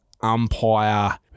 umpire